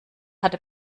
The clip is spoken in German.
hatte